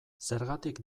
zergatik